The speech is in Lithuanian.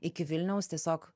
iki vilniaus tiesiog